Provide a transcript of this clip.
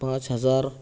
پانچ ہزار